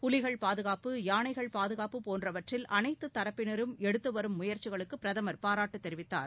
புலிகள் பாதுகாப்பு யானனகள் பாதுகாப்பு போன்றவற்றில் அனைத்து தரப்பினரும் எடுத்து வரும் முயற்சிகளுக்குப் பிரதமர் பாராட்டு தெரிவித்தார்